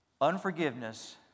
Unforgiveness